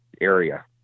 area